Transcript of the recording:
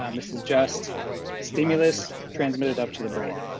um this is just stimulus transmitted up to the brain.